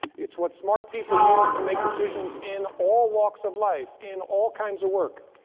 it's what smart people use to make decisions in all walks of life, in all kinds of work.